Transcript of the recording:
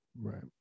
Right